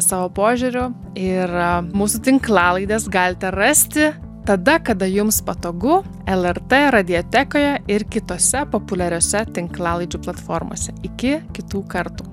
savo požiūriu ir mūsų tinklalaidės galite rasti tada kada jums patogu lrt radijotekoje ir kitose populiariose tinklalaidžių platformose iki kitų kartų